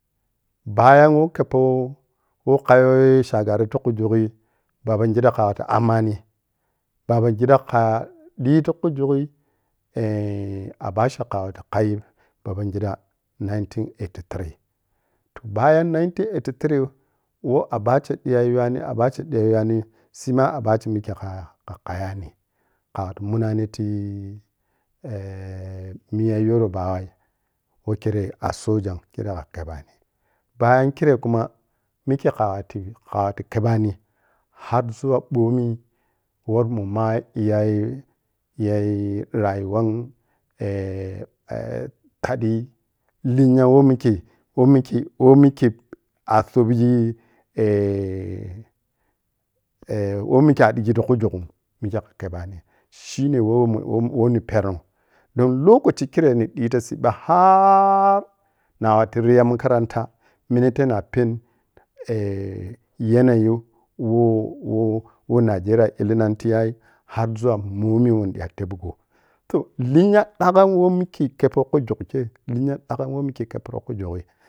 Baya woh keppoh weh kahyon shagari ti khu jughui. Babangida khaɓi tikhu jughu. Eh abubakar khha waɓi khai babangida nineteen eighty three to bayan nineteen eighty three weh abada ɓiya yuwani abada ɓiya yiwani shima abacha mikhe kah kha khayani ka wati munati eh miya yoruba ma weh keroh a sojan. Khero kha khubani. Baya khire khuma mikhe kha wali kha waɓi khebani har zuwa bomi woh mumma yai-yai rayuwan eh eh taɓi linya woh mikhe woh mikhe woh mikhe a ɓighi ti khin jughu mikhe ka kebani shine wo woh ni peno. Don lokaci khare na ɓita cibba har nagha watu rhi ya makaman minate nigha panu yanayi woh woh nije riya ibbinaa tiya har zuma moni woh ni ɓiya tebgo. Toh linya ɓagham woh mikhe keppo khu jughukhe linya ɓangham woh mikhe keppo khu jughyi.